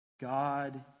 God